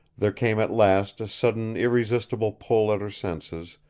there came at last a sudden irresistible pull at her senses,